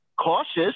cautious